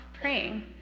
praying